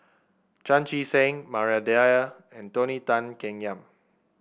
Chan Chee Seng Maria Dyer and Tony Tan Keng Yam